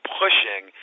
pushing